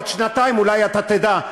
עוד שנתיים אולי אתה תדע,